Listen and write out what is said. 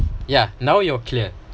yeah now you're clear